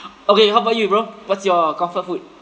okay how about you bro what's your comfort food